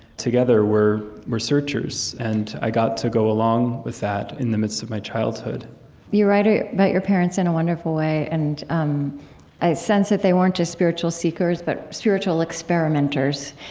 together, were were searchers. and i got to go along with that in the midst of my childhood you write write about your parents in a wonderful way, and um i sense that they weren't just spiritual seekers, but spiritual experimenters.